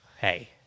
hey